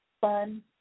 fun